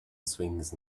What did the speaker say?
swings